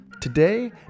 Today